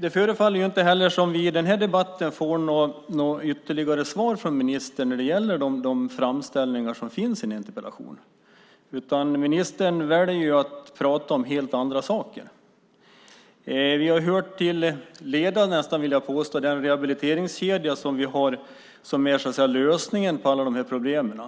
Det förefaller inte heller som om vi i den här debatten får något ytterligare svar från ministern när det gäller de framställningar som finns i interpellationen. Ministern väljer att prata om helt andra saker. Vi har hört nästan till leda, vill jag påstå, om den rehabiliteringskedja som så att säga är lösningen på alla de här problemen.